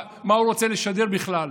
מה הוא רוצה לשדר בכלל,